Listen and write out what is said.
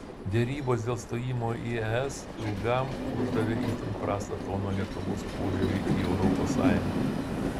derybos dėl stojimo į es ilgam uždavė itin prastą toną lietuvos požiūriui į europos sąjungą